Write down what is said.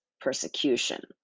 persecution